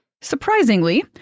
Surprisingly